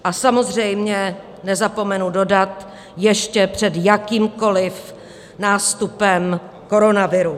A samozřejmě nezapomenu dodat ještě před jakýmkoliv nástupem koronaviru.